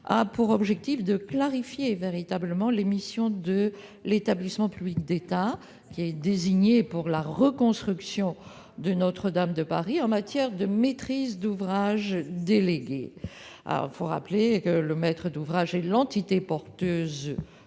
a pour objet de clarifier les missions de l'établissement public d'État désigné pour la reconstruction de Notre-Dame de Paris en matière de maîtrise d'ouvrage déléguée. Je rappelle que le maître d'ouvrage est l'entité porteuse